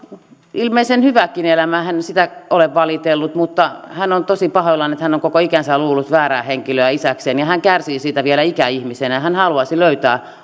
ilmeisen hyväkin elämä ei hän sitä ole valitellut mutta hän on tosi pahoillaan että hän on koko ikänsä luullut väärää henkilöä isäkseen ja hän kärsii siitä vielä ikäihmisenä hän haluaisi löytää